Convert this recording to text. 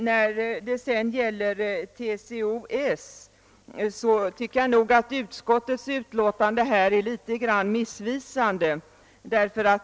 När det gäller remissyttrandet från TCO-S finner jag utskottets utlåtande missvisande.